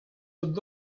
would